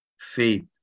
faith